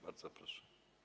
Bardzo proszę.